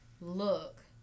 look